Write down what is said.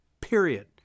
Period